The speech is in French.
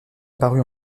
parut